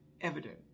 evident